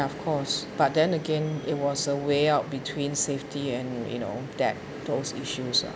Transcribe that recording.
of course but then again it was a way out between safety and you know that those issues